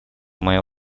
мое